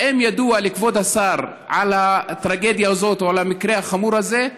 האם ידוע לכבוד השר על הטרגדיה הזאת או על המקרה החמור הזה?